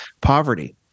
poverty